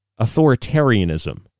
authoritarianism